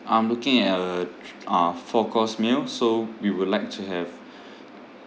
I'm looking at uh t~ uh four course meal so we would like to have